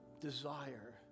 desire